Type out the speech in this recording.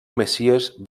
messies